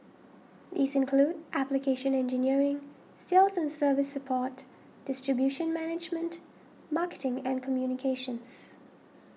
these include application engineering sales and service support distribution management marketing and communications